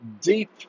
deep